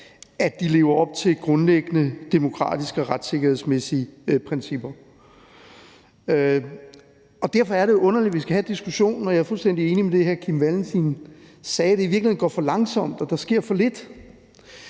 skal leve op til grundlæggende demokratiske retssikkerhedsmæssige principper. Derfor er det jo underligt, at vi skal have diskussionen, og jeg er fuldstændig enig i det, hr. Kim Valentin sagde, om, at det i virkeligheden går for langsomt, og at der sker for lidt.